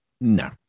No